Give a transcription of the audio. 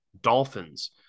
dolphins